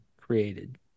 created